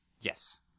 Yes